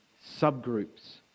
subgroups